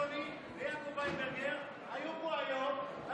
יוני ויעקב וינברגר היו פה היום,